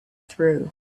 through